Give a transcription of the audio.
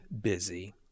busy